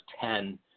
ten